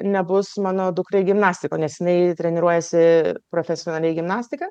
nebus mano dukrai gimnastika nes jinai treniruojasi profesionaliai gimnastiką